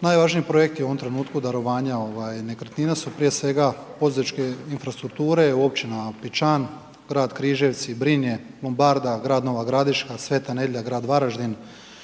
Najvažniji projekt u ovom trenutku su darovanja nekretnina, prije svega poduzetničke infrastrukture u općinama Pećan, grad Križevci, Brinje, Lombarda, grad Nova Gradiška, Sveta Nedjelja, grad Varaždin,